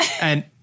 And-